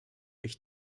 ich